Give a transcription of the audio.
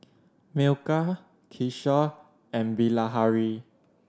Milkha Kishore and Bilahari